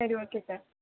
சரி okay sir